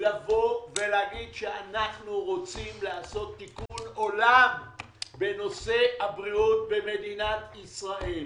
להגיד שאנחנו רוצים לעשות תיקון עולם בנושא הבריאות במדינת ישראל.